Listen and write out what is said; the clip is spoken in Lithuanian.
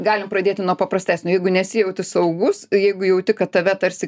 galim pradėti nuo paprastesnio jeigu nesijauti saugus jeigu jauti kad tave tarsi